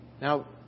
Now